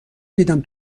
دیدم